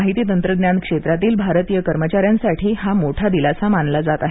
माहिती तंत्रज्ञान क्षेत्रातील भारतीय कर्मचाऱ्यांसाठी हा मोठा दिलासा मानला जात आहे